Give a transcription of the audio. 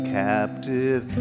captive